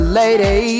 lady